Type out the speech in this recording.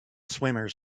swimmers